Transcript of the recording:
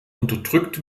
unterdrückt